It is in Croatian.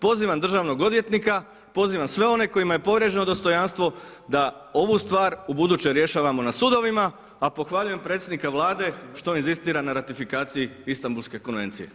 Pozivam državnog odvjetnika, pozivam sve one kojima je povrijeđeno dostojanstvo da ovu stvar ubuduće rješavamo na sudovima a pohvaljujem predsjednika Vlada što inzistira na ratifikaciji Istanbulske konvencije.